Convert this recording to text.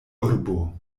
urbo